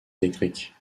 électrique